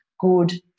good